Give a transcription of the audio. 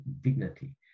dignity